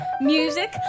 Music